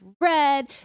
red